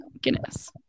Guinness